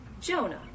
Jonah